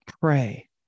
Pray